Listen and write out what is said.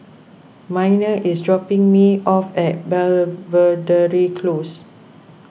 Minor is dropping me off at Belvedere Close